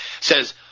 Says